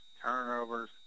turnovers